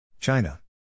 China